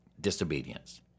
disobedience